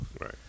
right